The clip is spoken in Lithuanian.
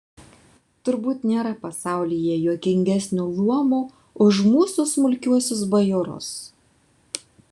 turbūt nėra pasaulyje juokingesnio luomo už mūsų smulkiuosius bajorus